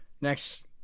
Next